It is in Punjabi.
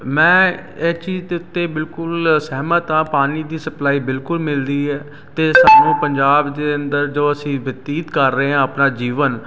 ਮੈਂ ਇਹ ਚੀਜ਼ ਦੇ ਉੱਤੇ ਬਿਲਕੁਲ ਸਹਿਮਤ ਹਾਂ ਪਾਣੀ ਦੀ ਸਪਲਾਈ ਬਿਲਕੁਲ ਮਿਲਦੀ ਹੈ ਅਤੇ ਸਾਨੂੰ ਪੰਜਾਬ ਦੇ ਅੰਦਰ ਜੋ ਅਸੀਂ ਬਤੀਤ ਕਰ ਰਹੇ ਹਾਂ ਆਪਣਾ ਜੀਵਨ